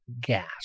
gas